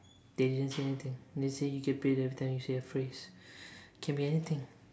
they didn't say anything they said you get paid everytime you say a phrase it can be anything